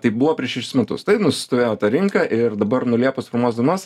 tai buvo prieš šešis metus tai nusistovėjo ta rinka ir dabar nuo liepos pirmos dienos